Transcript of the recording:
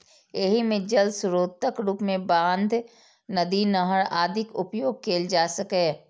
एहि मे जल स्रोतक रूप मे बांध, नदी, नहर आदिक उपयोग कैल जा सकैए